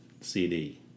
CD